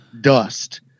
dust